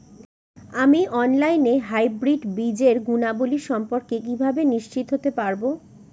আমি অনলাইনে হাইব্রিড বীজের গুণাবলী সম্পর্কে কিভাবে নিশ্চিত হতে পারব?